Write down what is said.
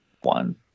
one